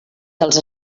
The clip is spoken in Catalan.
dels